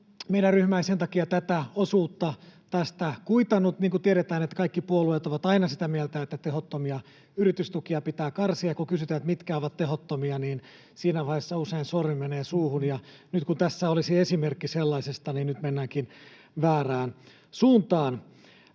meidän ryhmä ei sen takia tätä osuutta tästä kuitannut. Niin kuin tiedetään, kaikki puolueet ovat aina sitä mieltä, että tehottomia yritystukia pitää karsia, mutta siinä vaiheessa kun kysytään, mitkä ovat tehottomia, usein sormi menee suuhun. Nyt kun tässä olisi esimerkki sellaisesta, mennäänkin väärään suuntaan.